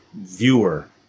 viewer